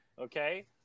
Okay